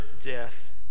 death